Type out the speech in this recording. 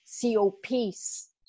COPs